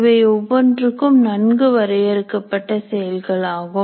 இவை ஒவ்வொன்றும் நன்கு வரையறுக்கப்பட்ட செயல்களாகும்